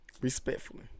Respectfully